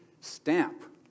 stamp